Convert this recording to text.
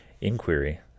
inquiry